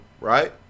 right